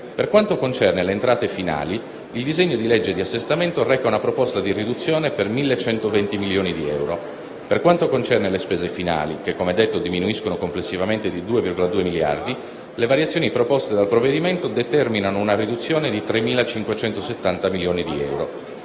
Per quanto concerne le entrate finali, il disegno di legge di assestamento reca una proposta di riduzione per 1.120 milioni di euro. Per quanto concerne le spese finali, che - come detto - diminuiscono complessivamente di 2,2 miliardi, le variazioni proposte dal provvedimento determinano una riduzione di 3.570 milioni di euro.